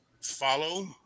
follow